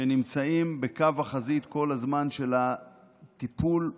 שנמצאים כל הזמן בקו החזית של הטיפול בנו,